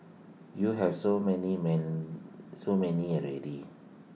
you have so many man so many already